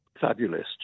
fabulous